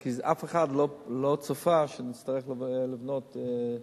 כי אף אחד לא צפה שנצטרך לבנות טיפות-חלב.